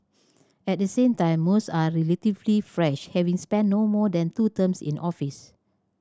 at the same time most are relatively fresh having spent no more than two terms in office